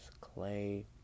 Clay